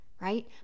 right